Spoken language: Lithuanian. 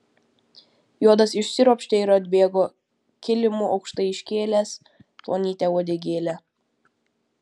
juodas išsiropštė ir atbėgo kilimu aukštai iškėlęs plonytę uodegėlę